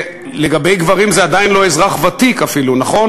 לגבי גברים זה עדיין לא אזרח ותיק אפילו, נכון?